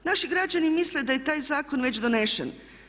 Naši građani misle da je taj zakon već donesen.